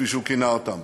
כפי שהוא כינה אותם,